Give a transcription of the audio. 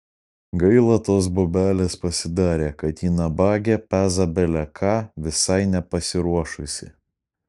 gaila tos bobelės pasidarė kad ji nabagė peza bele ką visai nepasiruošusi